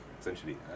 essentially